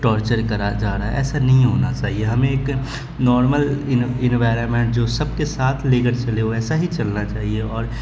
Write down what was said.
torture کرا جا رہا ہے ایسا نہیں ہونا چاہیے ہمیں ایک نارمل ان انوائرامنٹ جو سب کے ساتھ لے کر چلے ویسا ہی چلنا چاہیے اور